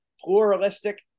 pluralistic